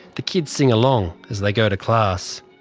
the kids sing along as they go to class.